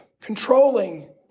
controlling